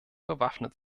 bewaffnet